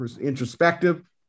introspective